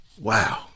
Wow